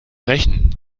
rächen